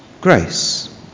grace